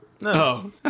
No